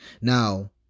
Now